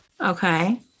Okay